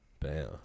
Bam